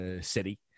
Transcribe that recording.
city